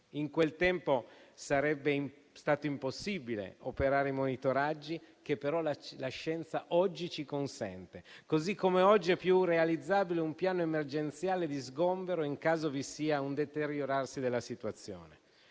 In quel tempo sarebbe stato impossibile operare i monitoraggi che però la scienza oggi ci consente, così come oggi è più realizzabile un piano emergenziale di sgombero in caso vi sia un deteriorarsi della situazione.